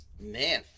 Man